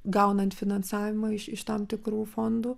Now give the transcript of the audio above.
gaunant finansavimą iš iš tam tikrų fondų